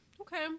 okay